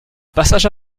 passage